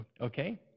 okay